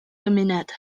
gymuned